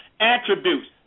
attributes